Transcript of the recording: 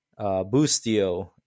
Bustio